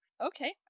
Okay